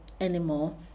anymore